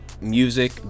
music